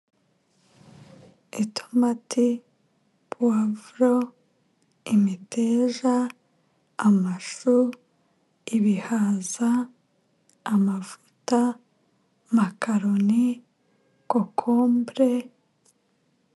Itomati, puwavuro, imeteja, amashu, ibihaza, amavuta, makaroni, kokombure.